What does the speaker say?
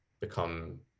become